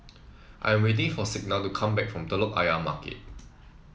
I am waiting for Signa to come back from Telok Ayer Market